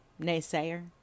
naysayer